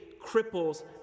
cripples